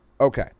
Okay